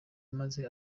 maze